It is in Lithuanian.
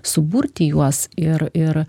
suburti juos ir ir